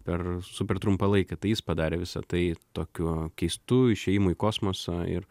per super trumpą laiką tai jis padarė visa tai tokiu keistu išėjimu į kosmosą ir